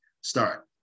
start